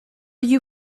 you